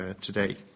today